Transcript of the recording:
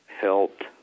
helped